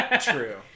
True